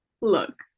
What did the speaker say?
Look